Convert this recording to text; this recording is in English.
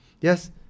yes